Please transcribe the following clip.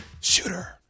shooter